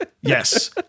Yes